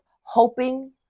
hoping